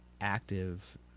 active